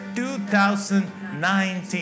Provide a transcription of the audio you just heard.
2019